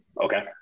Okay